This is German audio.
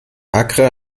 accra